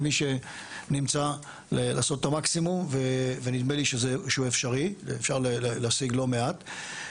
ומי שנמצא לעשות את המקסימום ונדמה לי שהוא אפשרי ואפשר להשיג לא מעט.